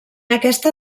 aquesta